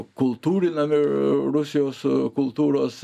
kultūrinami rusijos kultūros